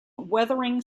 weathering